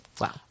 Wow